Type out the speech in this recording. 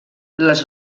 les